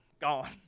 gone